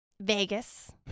Vegas